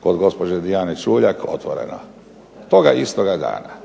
kog gospođe Dijane Čuljak "Otvoreno". Toga istoga dana.